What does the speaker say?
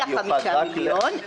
היא ה-5 מיליון שקל.